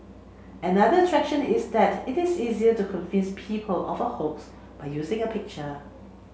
another attraction is that it is easier to convince people of a hoax by using a picture